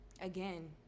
again